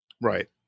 right